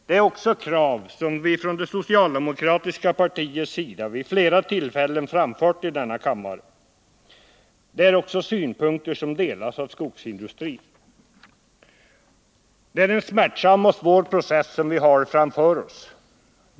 Det är också krav som vi från det socialdemokratiska partiets sida vid flera tillfällen framfört i denna kammare. Det är därtill synpunkter som delas av skogsindustrin. Det är en smärtsam och svår process som vi har framför oss.